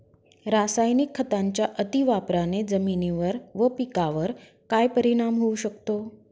रासायनिक खतांच्या अतिवापराने जमिनीवर व पिकावर काय परिणाम होऊ शकतो?